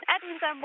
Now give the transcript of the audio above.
Edmunds